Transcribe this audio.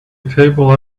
table